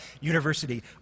University